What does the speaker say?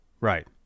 Right